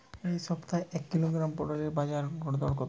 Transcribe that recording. এ সপ্তাহের এক কিলোগ্রাম পটলের গড় বাজারে দর কত?